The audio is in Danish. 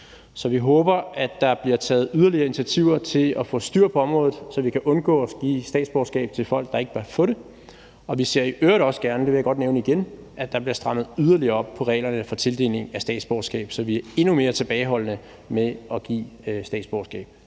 Så vi håber, at der bliver taget yderligere initiativer til at få styr på området, så vi kan undgå at give statsborgerskab til folk, der ikke bør få det. Og vi ser i øvrigt også gerne – det vil jeg gerne nævne igen – at der bliver strammet yderligere op på reglerne for tildeling af statsborgerskab, så vi er endnu mere tilbageholdende med at give statsborgerskab